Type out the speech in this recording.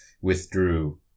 withdrew